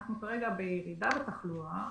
אנחנו נמצאים כרגע בירידה בתחלואה,